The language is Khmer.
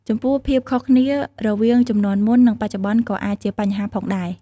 ចំពោះ ភាពខុសគ្នារវាងជំនាន់មុន និងបច្ចុប្បន្នក៏អាចជាបញ្ហាផងដែរ។